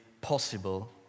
possible